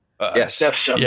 Yes